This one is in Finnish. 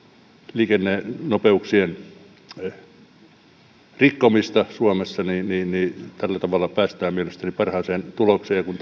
liikennenopeuksien rikkomista suomessa tällä tavalla päästään mielestäni parhaaseen tulokseen kun